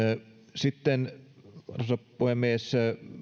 sitten arvoisa puhemies